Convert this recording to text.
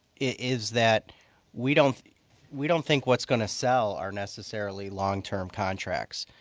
is that we don't we don't think what's going to sell are necessarily long term contracts.